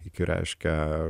iki reiškia